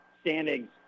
standings